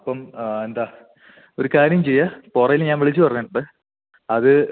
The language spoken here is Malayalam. അപ്പം ആ എന്താ ഒരു കാര്യം ചെയ്യ് പുറകിൽ ഞാൻ വിളിച്ച് പറഞ്ഞിട്ടുണ്ട് അത്